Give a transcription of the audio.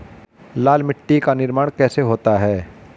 लाल मिट्टी का निर्माण कैसे होता है?